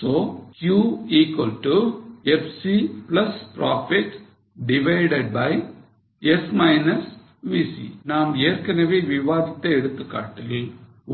So Q S VC நாம் ஏற்கனவே விவாதித்த எடுத்துக்காட்டில்